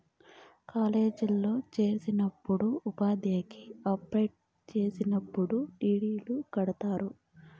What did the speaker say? కాలేజీల్లో చేరేటప్పుడు ఉద్యోగలకి అప్లై చేసేటప్పుడు డీ.డీ.లు కడుతుంటారు